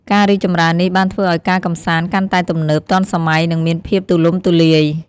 ការរីកចម្រើននេះបានធ្វើឱ្យការកម្សាន្តកាន់តែទំនើប ទាន់សម័យ និងមានភាពទូលំទូលាយ។